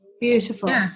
beautiful